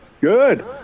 Good